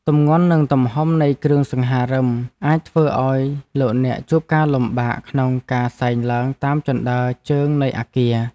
ទម្ងន់និងទំហំនៃគ្រឿងសង្ហារិមអាចធ្វើឱ្យលោកអ្នកជួបការលំបាកក្នុងការសែងឡើងតាមជណ្ដើរជើងនៃអគារ។